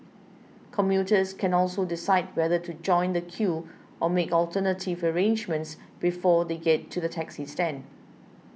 commuters can also decide whether to join the queue or make alternative arrangements before they get to the taxi stand